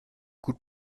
gut